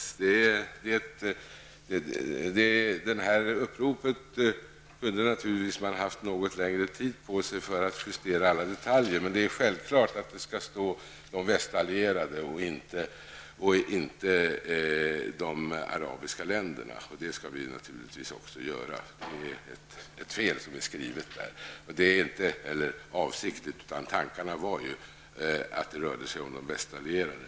När det gäller det aktuella uppropet kunde man naturligtvis ha haft något längre tid på sig för att justera alla detaljer. Det är självklart att det skall stå ''de västallierade'', inte ''de arabiska länderna''. Naturligtvis behövs det en rättelse här. Det har alltså blivit ett fel, oavsiktligt. Tanken var ju att det rörde sig om de västallierade.